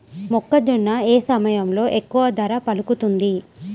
మొక్కజొన్న ఏ సమయంలో ఎక్కువ ధర పలుకుతుంది?